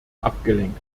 abgelenkt